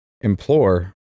implore